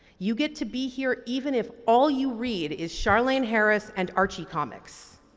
you get to be here even if all you read is charlene harris and archie comics.